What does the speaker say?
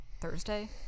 Thursday